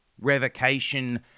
Revocation